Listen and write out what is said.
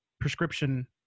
prescription